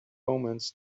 omens